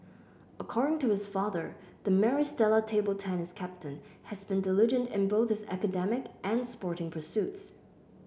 according to his father the Maris Stella table tennis captain has been diligent in both his academic and sporting pursuits